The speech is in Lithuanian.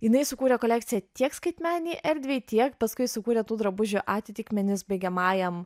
jinai sukūrė kolekciją tiek skaitmeninei erdvei tiek paskui sukūrė tų drabužių atitikmenis baigiamajam